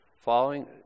Following